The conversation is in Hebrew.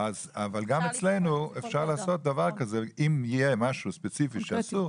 גם אצלנו אפשר לעשות דבר כזה אם יהיה משהו ספציפי שאסור,